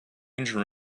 engine